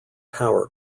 power